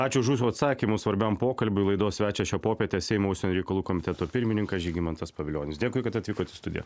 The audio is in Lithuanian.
ačiū už jūsų atsakymus svarbiam pokalbiui laidos svečią šią popietę seimo užsienio reikalų komiteto pirmininkas žygimantas pavilionis dėkui kad atvykot į studiją